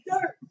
dirt